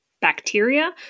bacteria